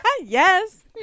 Yes